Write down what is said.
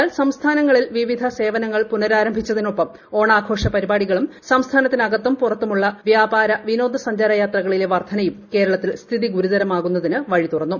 എന്നാൽ സംസ്ഥാനങ്ങളിൽ വിവിധ സേവനങ്ങൾ പുനരാരംഭിച്ചതിനൊപ്പം ഓണാഘോഷ പരിപാടികളും സംസ്ഥാനത്തിന് അകത്തും പുറത്തുമുള്ള വ്യാപാര വിനോദസഞ്ചാര യാത്രകളിലെ വർദ്ധനയും കേരളത്തിൽ സ്ഥിതി ഗുരുതരമാകുന്നതിന് വഴിതുറന്നു